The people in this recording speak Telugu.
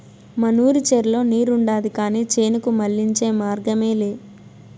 మనూరి చెర్లో నీరుండాది కానీ చేనుకు మళ్ళించే మార్గమేలే